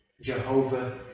Jehovah